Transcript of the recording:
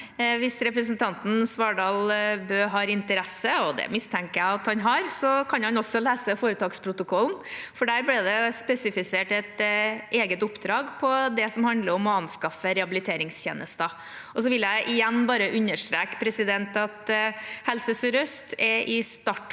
Hvis representanten Svardal Bøe har interesse – og det mistenker jeg at han har – kan han også lese foretaksprotokollen, for der ble det spesifisert et eget oppdrag på det som handler om å anskaffe rehabiliteringstjenester. Så vil jeg igjen bare understreke at Helse sør-øst er i startfasen